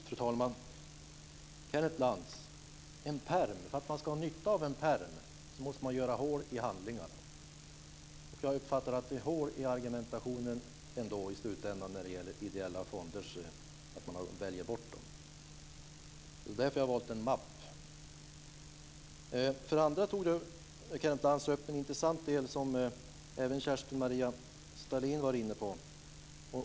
Fru talman! Kenneth Lantz! För att man ska ha nytta av en pärm måste man göra hål i handlingarna. Jag uppfattar att det är hål i argumentationen i slutändan när det gäller att man väljer bort ideella fonder. Det är därför jag har valt en mapp. Kenneth Lantz tog upp en intressant tanke, som även Kerstin-Maria Stalin var inne på.